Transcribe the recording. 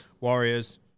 Warriors